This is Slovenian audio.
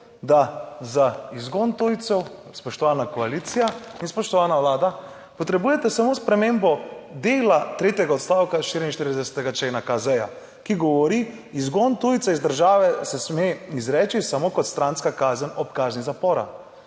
da za izgon tujcev, spoštovana koalicija in spoštovana Vlada, potrebujete samo spremembo dela tretjega odstavka 44. člena KZ, ki govori: Izgon tujca iz države se sme izreči samo kot stranska kazen ob kazni zapora.